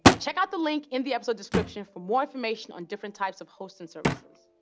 check out the link in the episode description for more information on different types of hosting services.